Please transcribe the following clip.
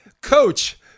Coach